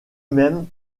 même